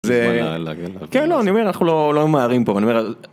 זה... כן, לא, אני אומר, אנחנו לא... לא ממהרים פה, אני אומר...